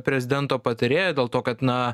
prezidento patarėjo dėl to kad na